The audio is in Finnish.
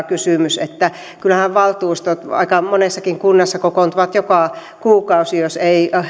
kysymys kyllähän valtuustot aika monessakin kunnassa kokoontuvat joka kuukausi ja jos ei